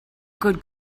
good